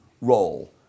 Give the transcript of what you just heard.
role